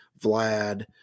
Vlad